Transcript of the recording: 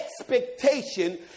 expectation